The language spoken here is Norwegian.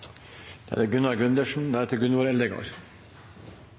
Da er det